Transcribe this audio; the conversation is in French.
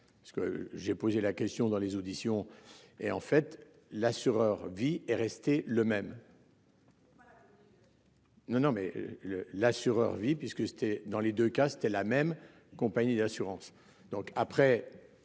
j'ai posé la question dans les auditions et en fait, l'assureur vie est resté le même. Non non mais le, l'assureur vie puisque c'était dans les deux cas, c'était la même compagnie d'assurance